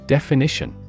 Definition